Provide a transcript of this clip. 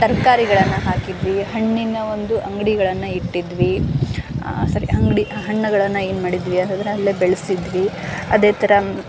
ತರಕಾರಿಗಳನ್ನ ಹಾಕಿದ್ವಿ ಹಣ್ಣಿನ ಒಂದು ಅಂಗಡಿಗಳನ್ನ ಇಟ್ಟಿದ್ವಿ ಸರಿ ಅಂಗಡಿ ಹಣ್ಣುಗಳನ್ನು ಏನು ಮಾಡಿದ್ವಿ ಅಂತಂದ್ರೆ ಅಲ್ಲಿಯೇ ಬೆಳೆಸಿದ್ವಿ ಅದೇ ಥರ